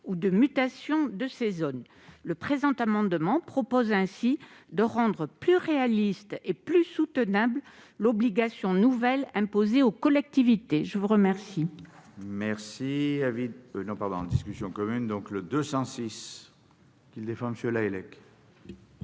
ou de mutation des zones. Cet amendement tend ainsi à rendre plus réaliste et plus soutenable l'obligation nouvelle imposée aux collectivités. Les deux